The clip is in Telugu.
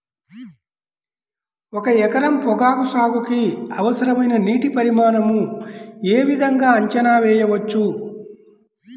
ఒక ఎకరం పొగాకు సాగుకి అవసరమైన నీటి పరిమాణం యే విధంగా అంచనా వేయవచ్చు?